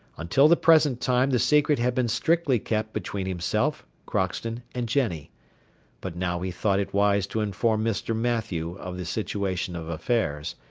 until the present time the secret had been strictly kept between himself, crockston, and jenny but now he thought it wise to inform mr. mathew of the situation of affairs,